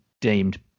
deemed